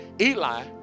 Eli